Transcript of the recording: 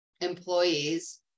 employees